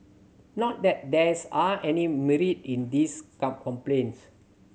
not that there is aren't any merit in these complaints